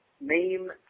name